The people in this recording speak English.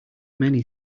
many